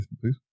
please